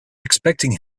expecting